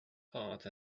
heart